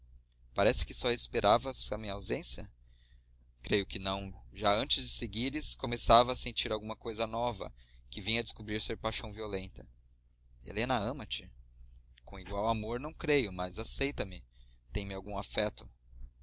parece que só esperavas a minha ausência creio que não já antes de seguires começava a sentir alguma coisa nova que vim a descobrir ser paixão violenta helena ama te com igual amor não creio mas aceita me tem-me algum afeto